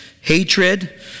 Hatred